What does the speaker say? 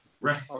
Right